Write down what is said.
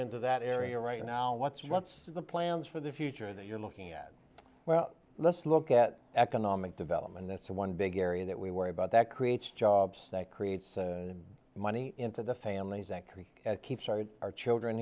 into that area right now what's what's the plans for the future that you're looking at well let's look at economic development that's one big area that we worry about that creates jobs that creates money into the families and creek keeps our our children